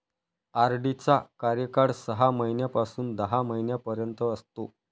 RD चा कार्यकाळ सहा महिन्यापासून दहा महिन्यांपर्यंत असतो